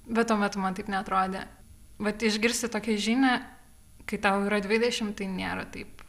bet tuo metu man taip neatrodė vat išgirsti tokią žinią kai tau yra dvidešimt tai nėra taip